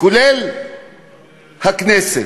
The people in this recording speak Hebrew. כולל הכנסת,